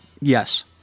yes